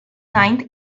ninth